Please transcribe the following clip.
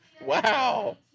wow